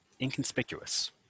Inconspicuous